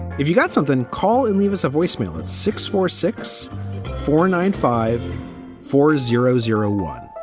if you've got something, call it. leave us a voicemail at six four six four nine five four zero zero one.